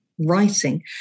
writing